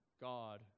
God